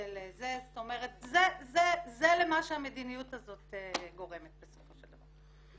זאת אומרת זה למה שהמדיניות הזאת גורמת בסופו של דבר.